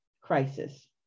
crisis